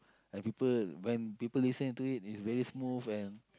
and people when people listen to it it's very smooth and